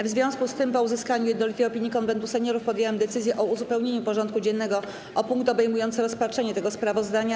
W związku z tym, po uzyskaniu jednolitej opinii Konwentu Seniorów, podjęłam decyzję o uzupełnieniu porządku dziennego o punkt obejmujący rozpatrzenie tego sprawozdania.